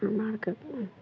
हमरा आरके